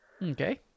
Okay